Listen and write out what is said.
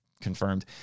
confirmed